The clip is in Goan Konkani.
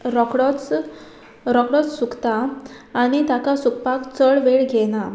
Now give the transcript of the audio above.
रोकडोच रोकडोच सुकता आनी ताका सुकपाक चड वेळ घेयना